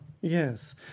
Yes